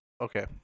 Okay